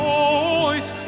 voice